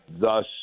thus